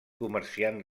comerciant